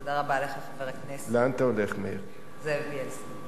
תודה רבה לך, חבר הכנסת זאב בילסקי.